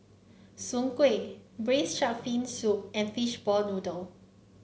Soon Kway Braised Shark Fin Soup and Fishball Noodle